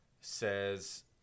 says